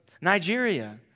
Nigeria